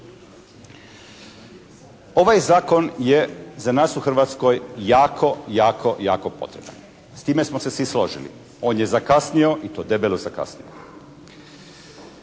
Ovaj zakon je za nas u Hrvatskoj jako, jako, jako potreban. S time smo svi složili. On je zakasnio i to debelo zakasnio.